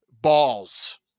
balls